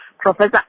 Professor